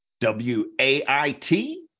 W-A-I-T